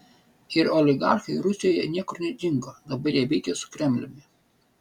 ir oligarchai rusijoje niekur nedingo dabar jie veikia su kremliumi